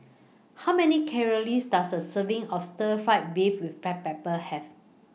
How Many Calories Does A Serving of Stir Fry Beef with Black Pepper Have